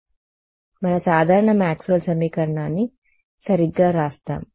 కాబట్టి మన సాధారణ మాక్స్వెల్ సమీకరణాన్ని సరిగ్గా వ్రాస్దాం